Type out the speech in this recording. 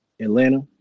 Atlanta